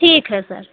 ठीक है सर